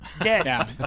dead